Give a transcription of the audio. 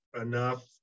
enough